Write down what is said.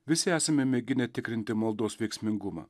visi esame mėginę tikrinti maldos veiksmingumą